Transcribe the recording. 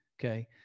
Okay